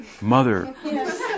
Mother